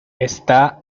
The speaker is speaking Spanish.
está